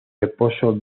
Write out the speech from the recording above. esposo